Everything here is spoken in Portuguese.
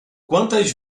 quantas